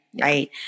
Right